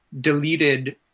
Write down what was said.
deleted